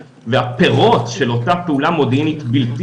והפירות של אותה פעולה מודיעינית בלתי